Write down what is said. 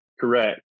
Correct